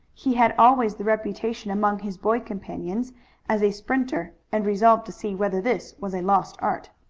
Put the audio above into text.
he had always the reputation among his boy companions as a sprinter, and resolved to see whether this was a lost art.